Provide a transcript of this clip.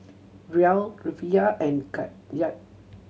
Riel Rufiyaa and Kyat